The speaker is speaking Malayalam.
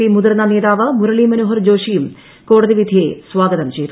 പി മുതിർന്ന നേതാവ് മുരളി മനോഹർ ജോഷിയും കോടതിവിധിയെ സ്വാഗതം ചെയ്തു